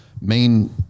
main